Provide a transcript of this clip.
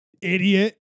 Idiot